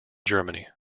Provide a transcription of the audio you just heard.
germany